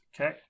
okay